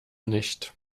nicht